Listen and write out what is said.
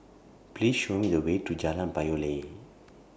Please Show Me The Way to Jalan Payoh Lai